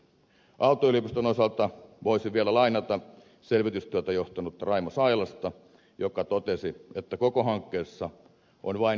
aalto yliopiston osalta voisin vielä lainata selvitystyötä johtanutta raimo sailasta joka totesi että koko hankkeessa on vain yksi vika